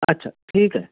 अछा ठीकु आहे